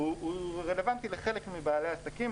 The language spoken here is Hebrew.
הוא רלוונטי לחלק מבעלי העסקים.